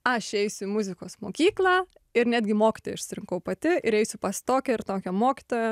aš eisiu į muzikos mokyklą ir netgi mokytoją išsirinkau pati ir eisiu pas tokią ir tokią mokytoją